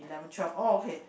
eleven twelve all okay